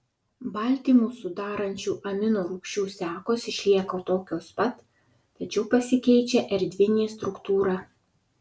baltymus sudarančių amino rūgčių sekos išlieka tokios pat tačiau pasikeičia erdvinė struktūra